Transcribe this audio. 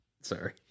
Sorry